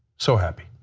so happy.